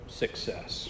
success